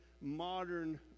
modern